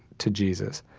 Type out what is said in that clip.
to jesus.